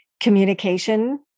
communication